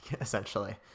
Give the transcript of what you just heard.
essentially